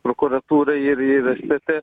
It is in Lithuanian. prokuratūrai ir ir stt